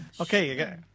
Okay